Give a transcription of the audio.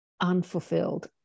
unfulfilled